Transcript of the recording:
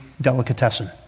delicatessen